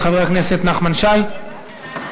אתה מוזמן, בבקשה.